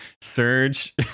Surge